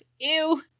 ew